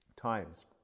times